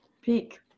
peak